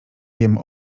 wiem